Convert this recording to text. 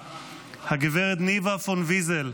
הגב' ניבה פון וייזל,